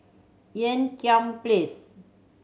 Ean Kiam Place